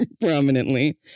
prominently